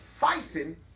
fighting